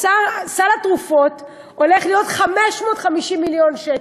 סל התרופות הולך להיות 550 מיליון שקל.